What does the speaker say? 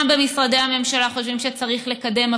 גם במשרדי הממשלה חושבים שצריך לקדם,